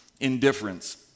indifference